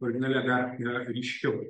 originale dar yra ryškiau